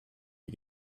you